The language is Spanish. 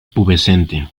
pubescente